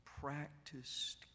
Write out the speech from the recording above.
practiced